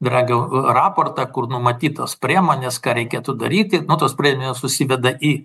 dragio raportą kur numatytos priemonės ką reikėtų daryti nu tos premijos susiveda į